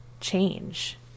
change